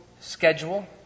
schedule